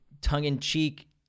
tongue-in-cheek